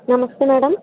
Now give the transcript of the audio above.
నమస్తే మేడమ్